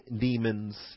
demons